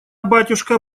батюшка